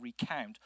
recount